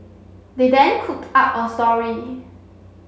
they then cooked up a story